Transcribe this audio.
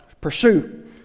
Pursue